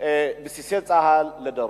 בסיסי צה"ל לדרום.